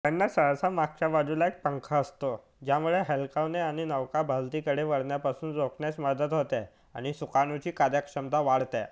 त्यांना सहसा मागच्या बाजूला एक पंखा असतो ज्यामुळे हेलकावणे आणि नौका भलतीकडे वळण्यापासून रोखण्यास मदत होते आणि सुकाणूची कार्यक्षमता वाढते